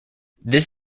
this